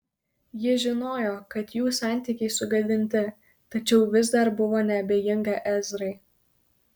ji žinojo kad jų santykiai sugadinti tačiau vis dar buvo neabejinga ezrai